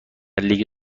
لیگ